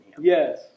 Yes